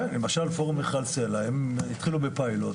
כן, למשל פורום מיכל סלה הם התחילו בפיילוט,